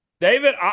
David